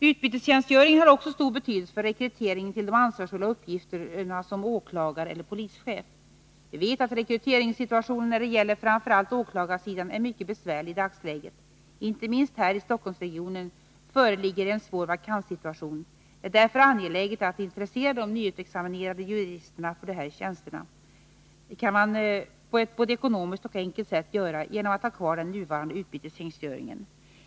Utbytestjänstgöringen har också stor betydelse för rekryteringen till de ansvarsfulla uppgifterna som åklagare eller polischef. Vi vet att rekryteringssituationen när det gäller framför allt åklagarsidan är mycket besvärlig i dagsläget. Inte minst här i Stockholmsregionen föreligger en svår vakanssituation. Det är därför angeläget att intressera de nyutexaminerade juristerna för dessa tjänster. Detta kan man på ett både ekonomiskt och enkelt sätt göra genom att ha kvar den nuvarande utbytestjänstgöringen.